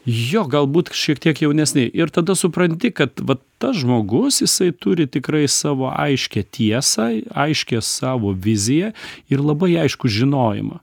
jo galbūt šiek tiek jaunesni ir tada supranti kad va tas žmogus jisai turi tikrai savo aiškią tiesą aiškią savo viziją ir labai aiškų žinojimą